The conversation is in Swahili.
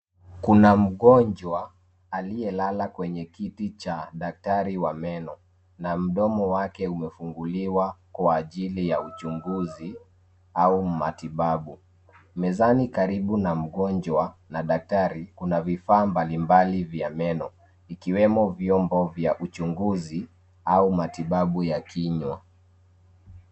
Kuna mgonjwa aliyelala kwenye kiti cha daktari wa meno na mdomo wake umefunguliwa kwa ajili ya uchuguzi au matibabu. Mezani karibu na mgonjwa na daktari kuna vifaa mbalimbali vya meno. Ikiwemo vyombo vya uchuguzi au matibabu ya kinywa.